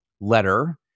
letter